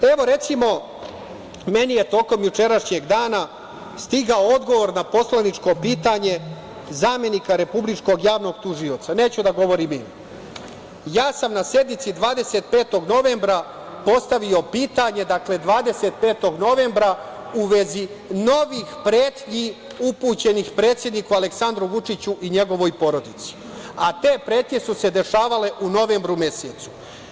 Recimo, meni je tokom jučerašnjeg dana stigao odgovor na poslaničko pitanje zamenika Republičkog javnog tužioca, neću da govorim ime – ja sam na sednici 25. novembra postavio pitanje u vezi novih pretnji upućenih predsedniku Aleksandru Vučiću i njegovoj porodici, a te pretnje su se dešavale u novembru mesecu.